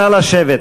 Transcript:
לא נתקבלה.